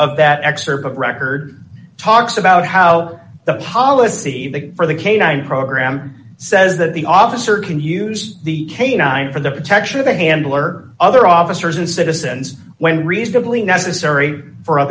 of that excerpt of record talks about how the policy that for the canine program says that the officer can use the canine for the protection of a handler other officers and citizens when reasonably necessary for